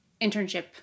internship